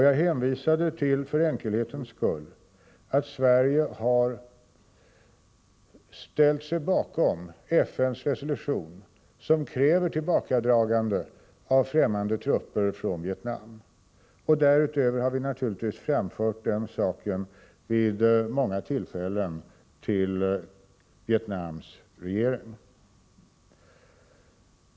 Jag hänvisade för enkelhetens skull till att Sverige har ställt sig bakom FN:s resolution som kräver tillbakadragande av främmande trupper från Vietnam. Därutöver har vi naturligtvis framfört detta vid många tillfällen till Vietnams regering.